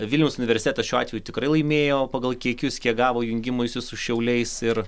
vilniaus universitetas šiuo atveju tikrai laimėjo pagal kiekius kiek gavo jungimuisi su šiauliais ir